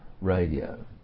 Radio